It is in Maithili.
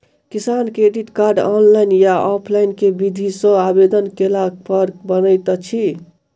किसान क्रेडिट कार्ड, ऑनलाइन या ऑफलाइन केँ विधि सँ आवेदन कैला पर बनैत अछि?